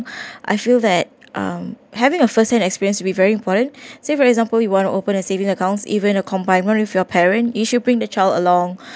I feel that um having a first hand experience be very important say for example you want to open a savings accounts even a combine one with your parents you should bring the child along